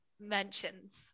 mentions